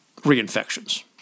reinfections